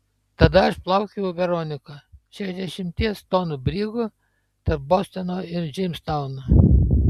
tada aš plaukiojau veronika šešiasdešimties tonų brigu tarp bostono ir džeimstauno